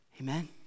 Amen